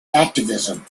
activism